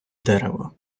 дерево